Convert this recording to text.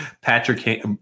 Patrick